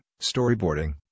storyboarding